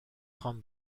خوام